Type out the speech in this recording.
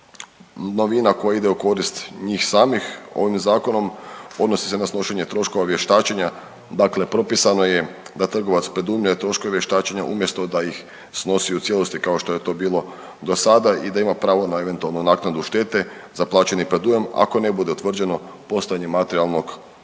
novina koja ide u korist njih samim ovim zakonom odnosi se na snošenje troškova vještačenja, dakle propisano je da trgovac …/nerazumljivo/… troškove vještačenja umjesto da ih snosi u cijelosti kao što je to bilo do sada i da ima pravo na eventualnu naknadu štete za plaćeni predujam ako ne bude utvrđeno postojanje materijalnog